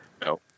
No